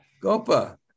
Gopa